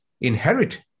inherit